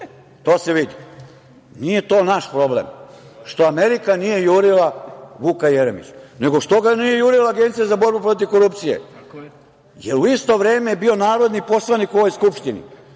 to se vidi. Nije to naš problem što Amerika nije jurila Vuka Jeremića, nego što ga nije jurila Agencija za borbu protiv korupcije, jer je u isto vreme bio narodni poslanik u ovoj Skupštini. Ajde,